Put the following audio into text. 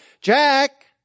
Jack